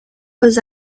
was